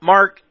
Mark